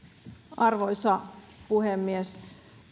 arvoisa puhemies